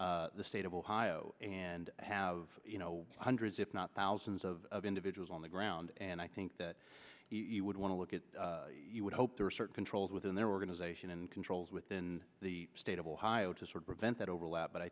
in the state of ohio and have you know hundreds if not thousands of individuals on the ground and i think that you would want to look at you would hope the research controls within their organization and controls within the state of ohio to sort prevent that overlap but i